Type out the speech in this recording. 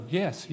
yes